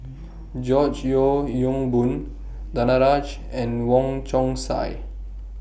George Yeo Yong Boon Danaraj and Wong Chong Sai